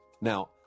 Now